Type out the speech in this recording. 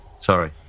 Sorry